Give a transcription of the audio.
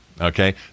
Okay